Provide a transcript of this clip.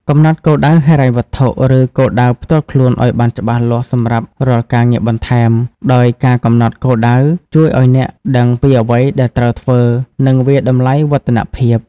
កំណត់គោលដៅហិរញ្ញវត្ថុ ឬគោលដៅផ្ទាល់ខ្លួនឱ្យបានច្បាស់លាស់សម្រាប់រាល់ការងារបន្ថែម ដោយការកំណត់គោលដៅជួយឱ្យអ្នកដឹងពីអ្វីដែលត្រូវធ្វើ និងវាយតម្លៃវឌ្ឍនភាព។។